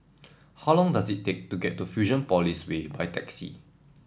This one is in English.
how long does it take to get to Fusionopolis Way by taxi